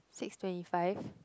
six twenty five